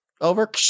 Over